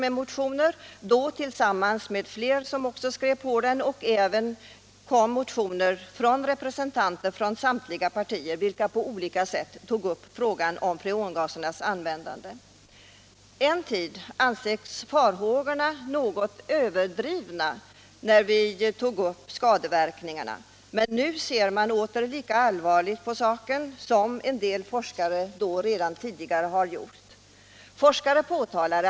En tid ansågs farhågorna något överdrivna, men nu ser man åter lika allvarligt på saken som en del forskare redan tidigare gjorde. Forskarna Miljövårdspoliti .